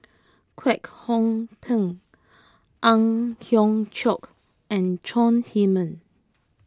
Kwek Hong Png Ang Hiong Chiok and Chong Heman